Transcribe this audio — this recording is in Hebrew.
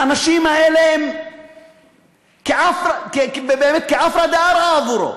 האנשים האלה הם באמת כעפרא דארעא עבורו,